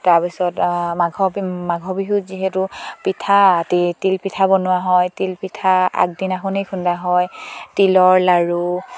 তাৰপিছত মাঘ বিহু মাঘৰ বিহুত যিহেতু পিঠা তিলপিঠা বনোৱা হয় তিলপিঠা আগদিনাখনেই খুন্দা হয় তিলৰ লাড়ু